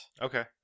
Okay